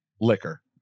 liquor